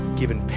given